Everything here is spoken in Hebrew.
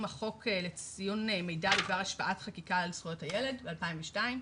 החוק לציון מידע בדבר השפעת חקיקה על זכויות הילד מ-2002,